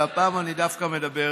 והפעם אני דווקא מדבר